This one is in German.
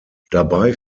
dabei